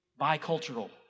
Bicultural